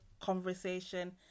conversation